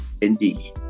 indeed